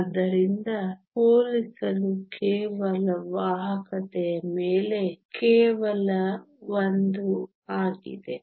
ಆದ್ದರಿಂದ ಹೋಲಿಸಲು ಕೇವಲ ವಾಹಕತೆಯ ಮೇಲೆ ಕೇವಲ 1 ಆಗಿದೆ